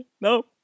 no